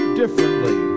differently